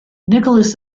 nicholas